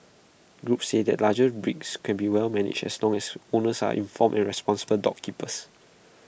groups say that larger breeds can be well managed as long as owners are informed and responsible dog keepers